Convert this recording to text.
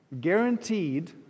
guaranteed